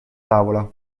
tavola